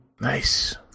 Nice